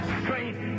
strength